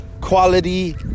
quality